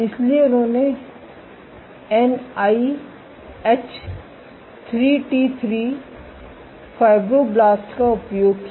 इसलिए उन्होंने एनआईएच 3टी3 फाइब्रोब्लास्ट का उपयोग किया